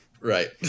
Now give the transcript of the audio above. Right